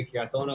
בקריית אונו,